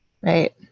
Right